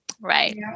right